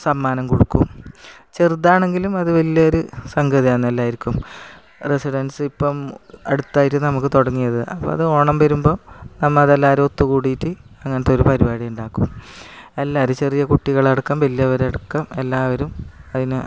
സമ്മാനം കൊടുക്കും ചെറുതാണെങ്കിലും അത് വലിയൊരു സംഗതിയാന്ന് എല്ലാവർക്കും റെസിഡൻസിപ്പം അടുത്തായിട്ട് നമുക്കതു തുടങ്ങിയത് അപ്പം അത് ഓണം വരുമ്പോൾ നമ്മൾ അതെല്ലാവരും ഒത്തു കൂടിയിട്ട് അങ്ങനത്തൊരു പരിപാടിയുണ്ടാക്കും എല്ലാവരും ചെറിയ കുട്ടികളടക്കം വലിയവരടക്കം എല്ലാവരും അതിനെ